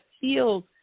feels